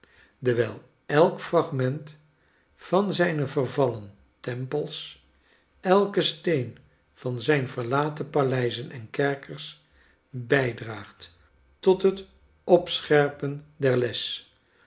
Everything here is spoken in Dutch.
dewiji elk fragment van zijne vervallen tempels elke steen van zijne verlaten paleizen en kerkers bijdraagt tot het opscherpen der les